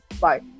Bye